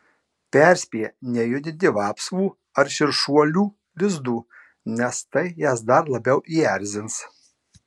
perspėja nejudinti vapsvų ar širšuolų lizdų nes tai jas dar labiau įerzins